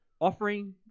offering